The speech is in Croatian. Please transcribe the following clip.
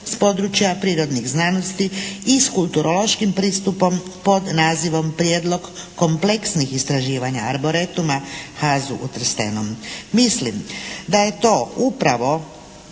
s područja prirodnih znanosti i s kulturološkim pristupom pod nazivom «Prijedlog kompleksnih istraživanja arboretuma HAZU u Trstenom». Mislim da je to upravo